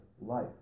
life